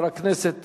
של חבר הכנסת